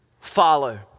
follow